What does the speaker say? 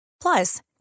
Plus